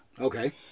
Okay